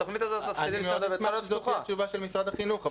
התוכנית הזאת --- אני מאוד אשמח אם זאת תהיה התשובה של משרד החינוך.